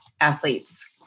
athletes